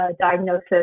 diagnosis